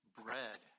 bread